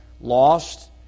lost